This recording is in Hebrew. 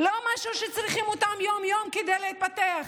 לא משהו שצריך אותו יום-יום כדי להתפתח.